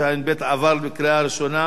התשע"ב 2012,